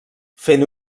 fent